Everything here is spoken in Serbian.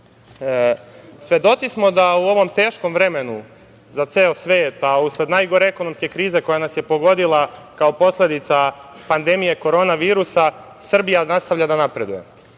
Vučića. Svedoci smo da u ovom teškom vremenu za ceo svet, a usled najgore ekonomske krize koja nas je pogodila kao posledica pandemije korona virusa, Srbija nastavlja da napreduje.